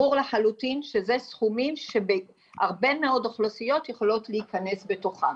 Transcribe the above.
ברור לחלוטין שאלו סכומים שהרבה מאוד אוכלוסיות יכולות להיכנס בתוכם.